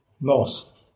lost